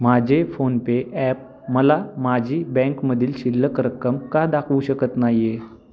माझे PhonePe app मला माझी बँकमधील शिल्लक रक्कम का दाखवू शकत नाही आहे